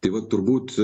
tai vat turbūt